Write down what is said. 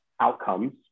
outcomes